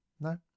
No